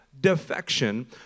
defection